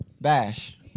Bash